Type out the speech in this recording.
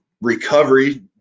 recovery